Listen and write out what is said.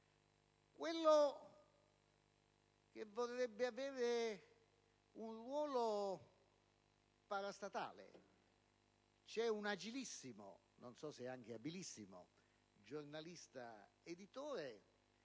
quello che vorrebbe avere un ruolo parastatuale. Vi è un agilissimo (non so se anche abilissimo) giornalista-editore